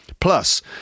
Plus